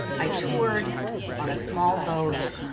i toured on a small boat,